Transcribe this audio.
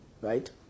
right